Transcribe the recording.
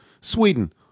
Sweden